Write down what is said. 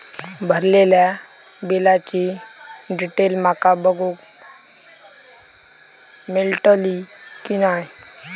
भरलेल्या बिलाची डिटेल माका बघूक मेलटली की नाय?